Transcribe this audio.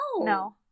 No